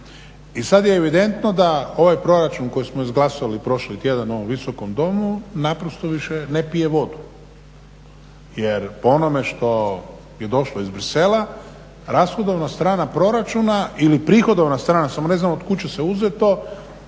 I sad je evidentno da ovaj proračun koji smo izglasali prošli tjedan u ovom Visokom domu naprosto više ne pije vodu jer po onome što je došlo iz Bruxellesa rashodovna strana proračuna ili prihodovna strana samo ne znam od kud će se uzet to